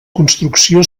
construcció